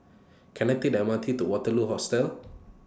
Can I Take The M R T to Waterloo Hostel